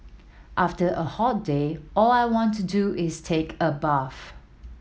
after a hot day all I want to do is take a bath